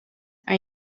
are